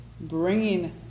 bringing